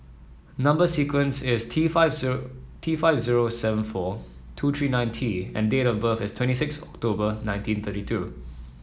number sequence is T five zero T five zero seven four two three nine T and date of birth is twenty six October nineteen thirty two